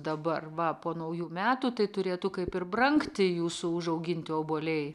dabar va po naujų metų tai turėtų kaip ir brangti jūsų užauginti obuoliai